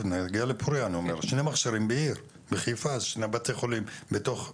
לא יכול להיות שאנחנו נמות שמונה אחוזים